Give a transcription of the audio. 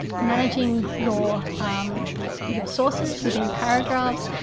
managing your your sources within paragraphs,